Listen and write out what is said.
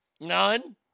None